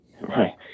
Right